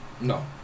No